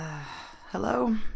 Hello